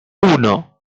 uno